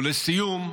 ולסיום,